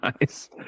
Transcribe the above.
Nice